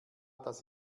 das